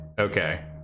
okay